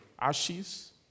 ashes